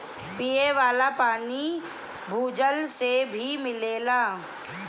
पिये वाला पानी भूजल से ही मिलेला